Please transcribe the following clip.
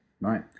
Right